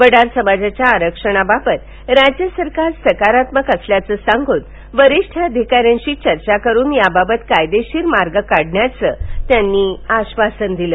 वडार समाजाच्या आरक्षणाबाबत राज्य सरकार सकारात्मक असल्याचं सांगुन वरिष्ठ अधिकाऱ्याशी चर्चा करुन याबाबत कायदेशीर मार्ग काढण्याचं आधासन त्यांनी दिलं